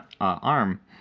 arm